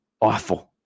awful